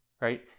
right